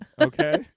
Okay